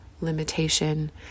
limitation